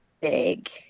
big